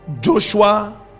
Joshua